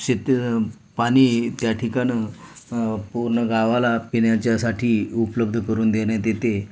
शेत पाणी त्या ठिकाणी पूर्ण गावाला पिण्याच्यासाठी उपलब्ध करून देण्यात येते